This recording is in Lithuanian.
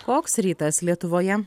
koks rytas lietuvoje